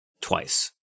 twice